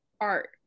art